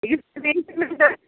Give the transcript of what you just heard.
یُس